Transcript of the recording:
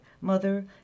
mother